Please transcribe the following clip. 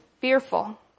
fearful